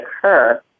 occur